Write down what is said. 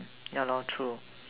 yeah lor true